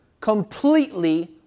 completely